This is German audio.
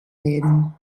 werden